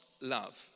love